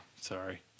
sorry